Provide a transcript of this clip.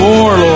More